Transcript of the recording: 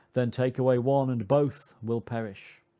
then take away one, and both will perish.